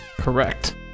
Correct